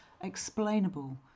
explainable